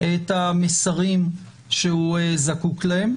את המסרים שהוא זקוק להם,